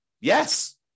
Yes